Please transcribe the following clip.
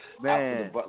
Man